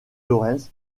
laurens